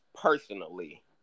personally